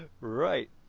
right